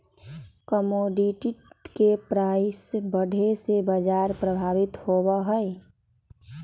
commodity के price बढ़े से बाजार प्रभावित होबा हई